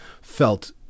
felt